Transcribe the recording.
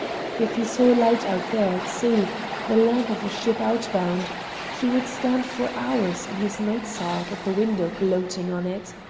if he saw a light out there at sea the lamp of a ship outbound he would stand for hours in his night-sark at the window gloating on it.